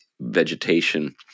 vegetation